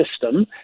system